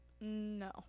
No